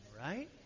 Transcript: right